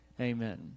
Amen